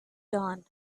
dawn